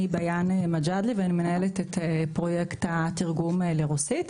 אני ביאן מג'אדלה ואני מנהלת את פרויקט התרגום לרוסית.